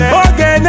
okay